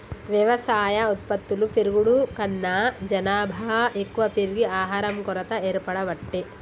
వ్యవసాయ ఉత్పత్తులు పెరుగుడు కన్నా జనాభా ఎక్కువ పెరిగి ఆహారం కొరత ఏర్పడబట్టే